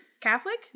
Catholic